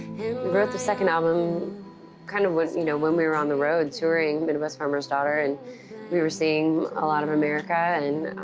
wrote the second album kind of you know when we were on the road touring midwest farmer's daughter. and we were seeing a lot of america. and